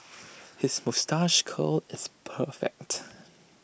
his moustache curl is perfect